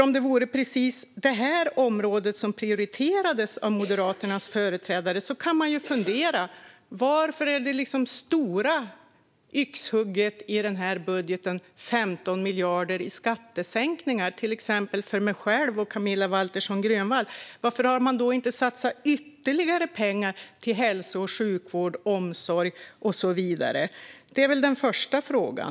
Om det vore precis det här området som prioriterades av Moderaternas företrädare kan man fundera på det stora yxhugget i den här budgeten på 15 miljarder i skattesänkningar för till exempel mig själv och Camilla Waltersson Grönvall. Varför har man inte i stället satsat ytterligare pengar till hälso och sjukvård, omsorg och så vidare? Det är den första frågan.